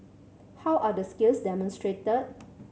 how are the skills demonstrated